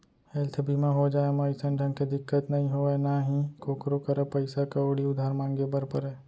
health बीमा हो जाए म अइसन ढंग के दिक्कत नइ होय ना ही कोकरो करा पइसा कउड़ी उधार मांगे बर परय